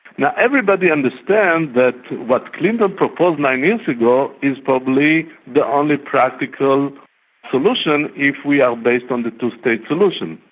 now everybody understands that what clinton proposed nine years ago is probably the only practical solution if we are based on the two-state solution.